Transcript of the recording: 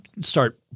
start